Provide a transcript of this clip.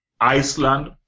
Iceland